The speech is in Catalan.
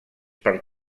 per